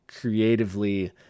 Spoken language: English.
creatively